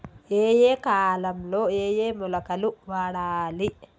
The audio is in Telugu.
ఏయే కాలంలో ఏయే మొలకలు వాడాలి?